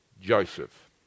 Joseph